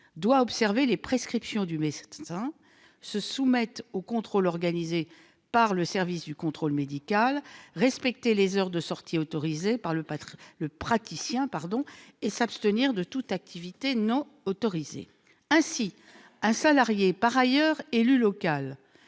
doit observer les prescriptions du médecin, se soumettre aux contrôles organisés par le service du contrôle médical, respecter les heures de sortie autorisées par le praticien et s'abstenir de toute activité non autorisée. Ainsi un salarié, par ailleurs élu local,